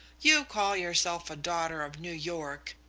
you call yourself a daughter of new york,